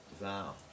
vow